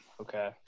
okay